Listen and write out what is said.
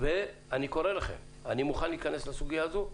ואני מוכן להיכנס לסוגיה הזאת,